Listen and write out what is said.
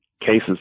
cases